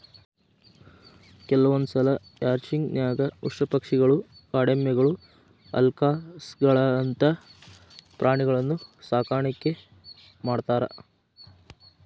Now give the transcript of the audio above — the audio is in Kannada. ಕೆಲವಂದ್ಸಲ ರ್ಯಾಂಚಿಂಗ್ ನ್ಯಾಗ ಉಷ್ಟ್ರಪಕ್ಷಿಗಳು, ಕಾಡೆಮ್ಮಿಗಳು, ಅಲ್ಕಾಸ್ಗಳಂತ ಪ್ರಾಣಿಗಳನ್ನೂ ಸಾಕಾಣಿಕೆ ಮಾಡ್ತಾರ